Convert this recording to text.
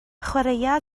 chwaraea